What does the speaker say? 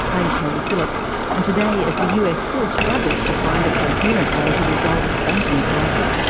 i'm keri phillips and today as the us still struggles to find a coherent way to resolve its banking crisis,